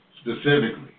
specifically